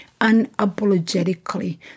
unapologetically